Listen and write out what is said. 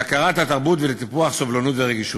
להכרת התרבות ולטיפוח סובלנות ורגישות.